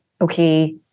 okay